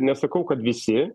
nesakau kad visi